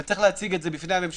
אתה צריך להציג את זה בפני הממשלה.